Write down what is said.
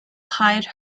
hide